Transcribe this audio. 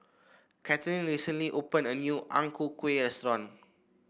Kathlene recently opened a new Ang Ku Kueh restaurant